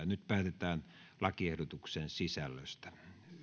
nyt päätetään lakiehdotuksen sisällöstä